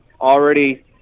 already